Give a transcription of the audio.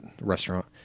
restaurant